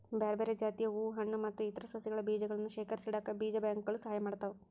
ಬ್ಯಾರ್ಬ್ಯಾರೇ ಜಾತಿಯ ಹೂ ಹಣ್ಣು ಮತ್ತ್ ಇತರ ಸಸಿಗಳ ಬೇಜಗಳನ್ನ ಶೇಖರಿಸಿಇಡಾಕ ಬೇಜ ಬ್ಯಾಂಕ್ ಗಳು ಸಹಾಯ ಮಾಡ್ತಾವ